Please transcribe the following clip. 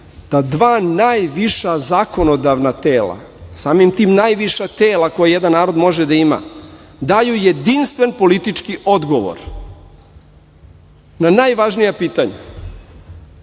da dva najviša zakonodavna tela, samim tim najviša tela koja jedan narod može da ima, daju jedinstven politički odgovor na najvažnija pitanja.